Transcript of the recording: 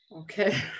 Okay